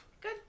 Good